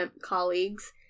colleagues